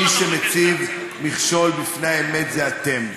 מי שמבקש להציב מכשול בפני האמת זה אתם,